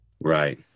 Right